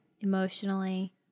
emotionally